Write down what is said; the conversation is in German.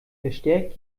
verstärkt